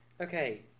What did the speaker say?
okay